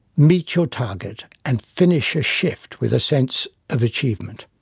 meet your target and finish a shift with a sense of achievement?